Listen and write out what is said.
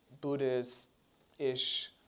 Buddhist-ish